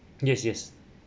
yes yes